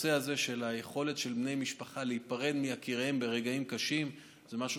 היכולת של בני משפחה להיפרד מיקיריהם ברגעים קשים זה משהו,